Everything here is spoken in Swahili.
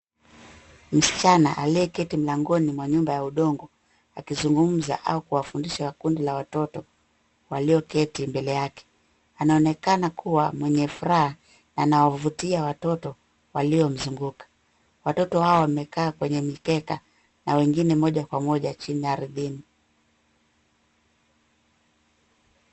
Msichana aliyeketi mlangoni mwa nyumba ya udongo, akizungumza au kuwafundisha kundi la watoto walioketi mbele yake. Anaonekana kuwa mwenye furaha na anawavutia watoto waliomzunguka. Watoto hao wamekaa kwenye mikeka na wengine moja kwa moja chini ardhini.